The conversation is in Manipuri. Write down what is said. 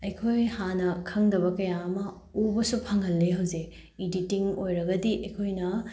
ꯑꯩꯈꯣꯏ ꯍꯥꯟꯅ ꯈꯪꯗꯕ ꯀꯌꯥ ꯑꯃ ꯎꯕꯁꯨ ꯐꯪꯍꯜꯂꯤ ꯍꯧꯖꯤꯛ ꯏꯗꯤꯇꯤꯡ ꯑꯣꯏꯔꯒꯗꯤ ꯑꯩꯈꯣꯏꯅ